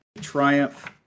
triumph